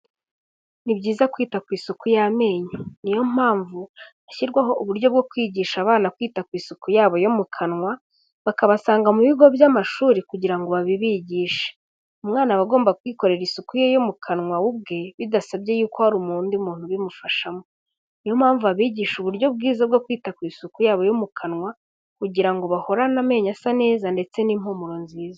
Ni byiza kwita ku isuku y'amenyo, niyo mpamvu hashyirwaho uburyo bwo kwigisha abana kwita ku isuku yabo yo mu kanwa, bakabasanga mu bigo by'amashuri kugira ngo babibigishe, umwana aba agomba kwikorera isuku ye yo mu kanwa ubwe bidasabye ko hari undi muntu ubimufashamo, niyo mpamvu babigisha uburyo bwiza bwo kwita ku isuku yabo yo mu kanwa kugira ngo bahorane amenyo asa neza ndetse n'impumuro nziza.